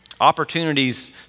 opportunities